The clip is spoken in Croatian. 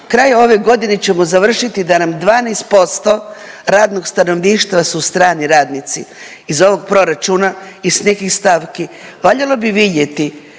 Kraj ove godine ćemo završiti da nam 12% radnog stanovništva su strani radnici, iz ovog proračuna iz nekih stavki. Valjalo bi vidjeti